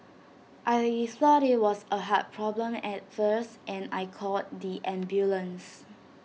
I thought IT was A heart problem at first and I called the ambulance